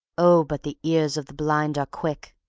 oh, but the ears of the blind are quick!